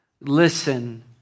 Listen